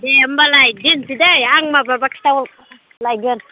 दे होमब्लालाय दोनसै दै आं माबाब्ला खिथाहर लायगोन